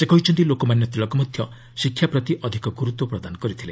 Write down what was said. ସେ କହିଛନ୍ତି ଲୋକମାନ୍ୟ ତିଲକ ମଧ୍ୟ ଶିକ୍ଷା ପ୍ରତି ଅଧିକ ଗୁରୁତ୍ୱ ପ୍ରଦାନ କରିଥିଲେ